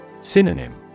Synonym